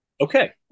Okay